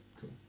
Cool